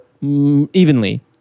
evenly